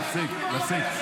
להפסיק, להפסיק.